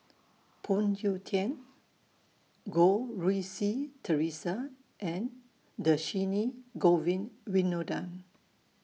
Phoon Yew Tien Goh Rui Si Theresa and Dhershini Govin Winodan